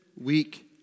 week